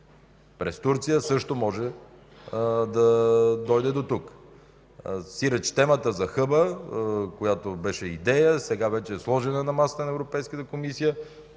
през Турция, също може да дойде дотук. Сиреч темата за хъба, която беше идея, сега вече е сложена на масата на Европейската комисия